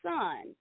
son